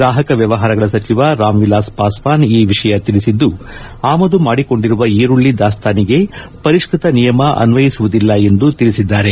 ಗ್ರಾಹಕ ವ್ಯವಹಾರಗಳ ಸಚಿವ ರಾಮ್ ವಿಲಾಸ್ ಪಾಸ್ವಾನ್ ಈ ವಿಷಯ ತಿಳಿಸಿದ್ದು ಅಮದು ಮಾಡಿಕೊಂಡಿರುವ ಈರುಳ್ಳಿ ದಾಸ್ತಾನಿಗೆ ಪರಿಷ್ಕೃತ ನಿಯಮ ಅನ್ವಯಿಸುವುದಿಲ್ಲ ಎಂದು ತಿಳಿಸಿದ್ದಾರೆ